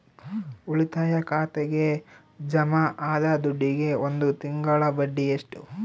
ಉಳಿತಾಯ ಖಾತೆಗೆ ಜಮಾ ಆದ ದುಡ್ಡಿಗೆ ಒಂದು ತಿಂಗಳ ಬಡ್ಡಿ ಎಷ್ಟು?